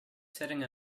sitting